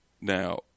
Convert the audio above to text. Now